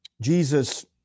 Jesus